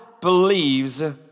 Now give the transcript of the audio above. believes